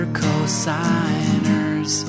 co-signers